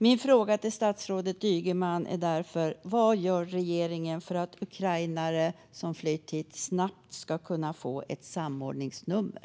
Min fråga till statsrådet Ygeman är därför vad regeringen gör för att ukrainare som flytt hit snabbt ska kunna få ett samordningsnummer.